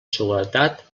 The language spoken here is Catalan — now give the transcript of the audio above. seguretat